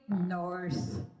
north